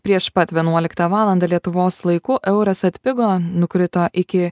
prieš pat vienuoliktą valandą lietuvos laiku euras atpigo nukrito iki